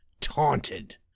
taunted